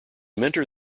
mentor